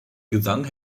gesang